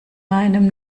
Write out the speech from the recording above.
meinem